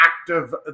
active